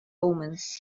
omens